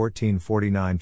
1449